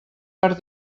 per